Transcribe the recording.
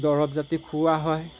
দৰৱ জাতি খুওৱা হয়